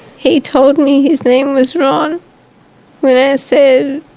he told me his name was ron when i said,